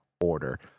Order